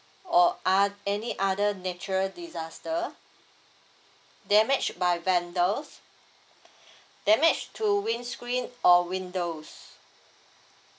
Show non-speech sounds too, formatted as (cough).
or are any other natural disaster damage by vandal (breath) damage to windscreen or windows